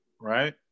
right